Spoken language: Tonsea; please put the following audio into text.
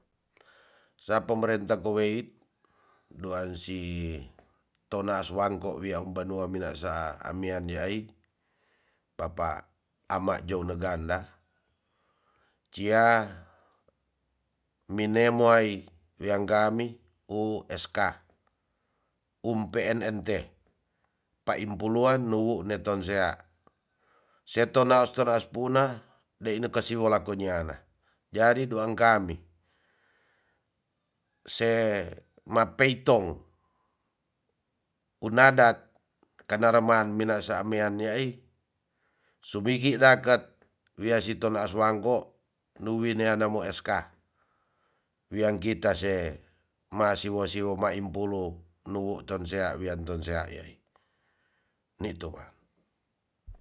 Sa pemerenta keweit duan si tonaas wangko wiang panua minasa amian yaai papa amat joune ganda cia minemo ai wiangami u sk um pnnt paim puluan nuu ne tonsea. se tonaas tonaas puna deina kasi walako niana jadi duang kami se ma peitong unadat kanaraman minasa mian yaai subihi daket wia si tonaas wangko nuwi noana mo sk wiang kita se ma siwo siwo ma impulu nuwu tonsea wian tonsea yaai nitu wang.